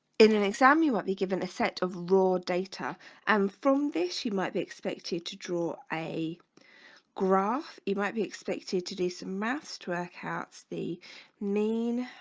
in an exam you won't be given a set of raw data and um from this you might be expected to draw a graph you might be expected to do some maths work out the mean